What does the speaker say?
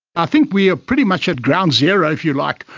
i think we are pretty much at ground zero, if you like,